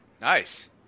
Nice